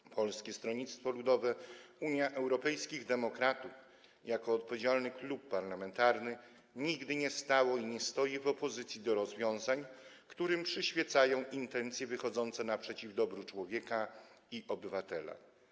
Klub Polskiego Stronnictwa Ludowego - Unii Europejskich Demokratów, jako odpowiedzialny klub parlamentarny, nigdy nie stał i nie stoi w opozycji do rozwiązań, którym przyświecają intencje wychodzące naprzeciw dobru człowieka i obywatela.